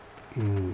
mm